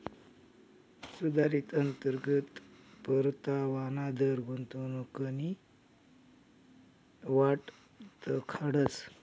सुधारित अंतर्गत परतावाना दर गुंतवणूकनी वाट दखाडस